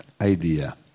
idea